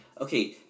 Okay